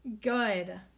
good